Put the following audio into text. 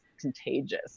contagious